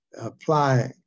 apply